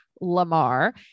lamar